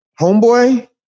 Homeboy